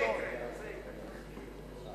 יושב-ראש מועצת קדימה.